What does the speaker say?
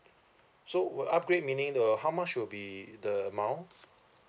so will upgrade meaning the how much will be the amount